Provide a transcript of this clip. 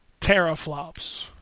teraflops